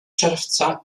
czerwca